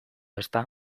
ezta